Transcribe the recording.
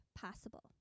possible